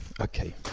Okay